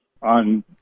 on